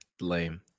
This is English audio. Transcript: Lame